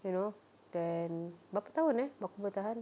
you know then berapa tahun eh aku boleh tahan